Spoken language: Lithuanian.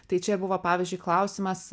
tai čia buvo pavyzdžiui klausimas